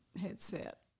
headset